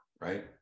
right